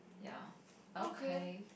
ya okay